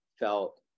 felt